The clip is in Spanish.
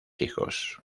hijos